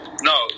No